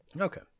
Okay